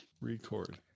Record